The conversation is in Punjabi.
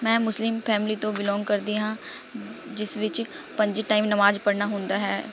ਮੈਂ ਮੁਸਲਿਮ ਫੈਮਿਲੀ ਤੋਂ ਬਿਲੌਂਗ ਕਰਦੀ ਹਾਂ ਜਿਸ ਵਿੱਚ ਪੰਜ ਟਾਈਮ ਨਮਾਜ਼ ਪੜ੍ਹਨਾ ਹੁੰਦਾ ਹੈ